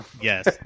Yes